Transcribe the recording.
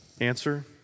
Answer